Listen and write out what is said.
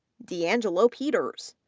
d'angelo peters,